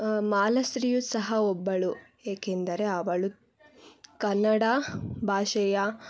ಮಾಲಾಶ್ರೀಯು ಸಹ ಒಬ್ಬಳು ಏಕೆಂದರೆ ಅವಳು ಕನ್ನಡ ಭಾಷೆಯ